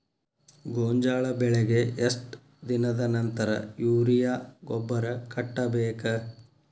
ಗೋಂಜಾಳ ಬೆಳೆಗೆ ಎಷ್ಟ್ ದಿನದ ನಂತರ ಯೂರಿಯಾ ಗೊಬ್ಬರ ಕಟ್ಟಬೇಕ?